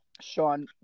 Sean